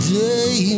day